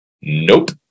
Nope